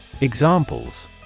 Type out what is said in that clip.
Examples